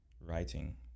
writing